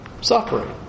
suffering